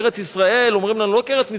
בארץ-ישראל אומרים לנו: לא כארץ מצרים,